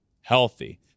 healthy